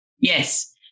Yes